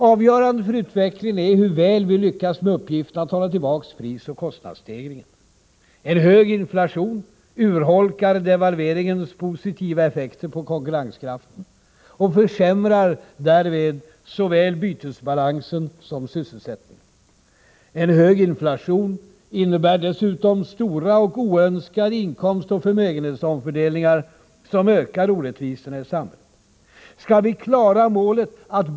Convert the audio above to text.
Avgörande för utvecklingen är hur väl vi lyckas med uppgiften att hålla tillbaka prisoch kostnadsstegringen. En hög inflation urholkar devalveringens positiva effekter på konkurrenskraften och försämrar därmed såväl bytesbalansen som sysselsättningen. En hög inflation innebär dessutom stora och oönskade inkomstoch förmögenhetsomfördelningar som ökar orättvisorna i samhället. Skall vi klara målet att.